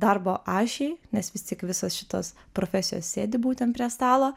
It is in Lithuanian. darbo ašiai nes vis tik visos šitos profesijos sėdi būtent prie stalo